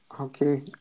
Okay